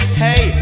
hey